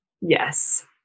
Yes